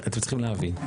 אתם צריכים להבין.